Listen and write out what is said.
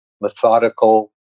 methodical